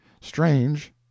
Strange